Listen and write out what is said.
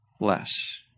less